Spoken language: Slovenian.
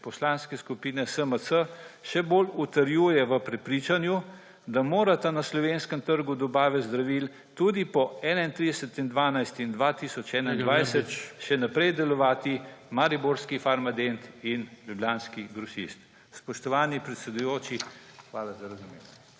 Poslanske skupine SMC, še bolj utrjuje v prepričanju, da morata na slovenskem trgu dobave zdravil tudi po 31. 12. 2021 še naprej delovati mariborski Farmadent in ljubljanski Grosist. Spoštovani predsedujoči, hvala za razumevanje.